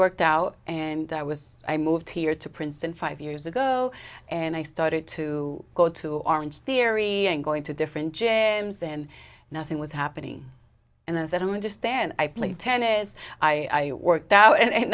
worked out and i was i moved here to princeton five years ago and i started to go to orange theory and going to different and nothing was happening and i said i don't understand i played tennis i worked out and